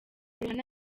rihanna